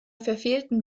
verfehlten